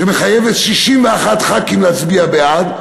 שמחייבת 61 ח"כים להצביע בעד,